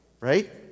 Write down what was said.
Right